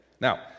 Now